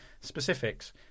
specifics